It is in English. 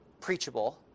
preachable